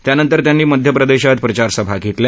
त्यानंतर त्यांनी मध्यप्रदेशात प्रचारसभा घेतल्या